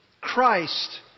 Christ